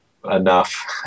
enough